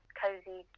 cozy